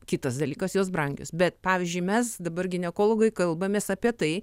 kitas dalykas jos brangios bet pavyzdžiui mes dabar ginekologai kalbamės apie tai